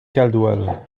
caldwell